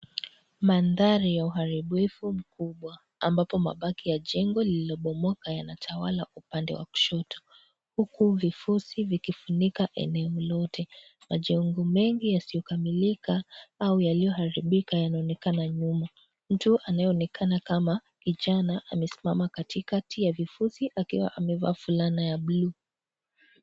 Manthari ya uharibifu mkubwa, ambapo mabaki ya jengo lililo bomoka yanatawala upande wa kushoto huku vifusi vikifunika eneo lote. Majengo mengi yasiyokamilika au yaliyoharibika yanaonekana nyuma. Mtu anayeonekana kama kijana amesimama nyuma katikati ya vifusi akiwa amevaa fulana ya buluu.